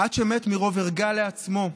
עד שמת מרוב ערגה לעצמו.